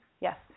Yes